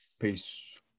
Peace